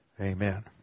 Amen